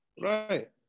Right